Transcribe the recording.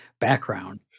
background